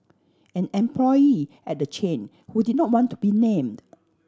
an employee at the chain who did not want to be named